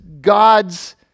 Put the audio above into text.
God's